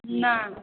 नहि